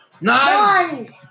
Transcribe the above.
Nine